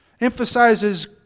emphasizes